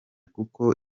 kuko